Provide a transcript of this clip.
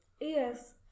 Yes